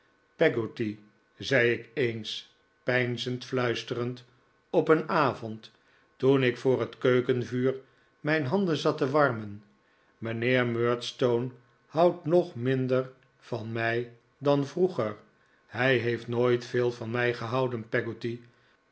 peggotty zei ik eens peinzend fluisterend op een avond toen ik voor het keukenvuur mijn handen zat te warmen mijnheer murdstone houdt nog minder van mij dan vroeger hij heeft nooit veel van mij gehouden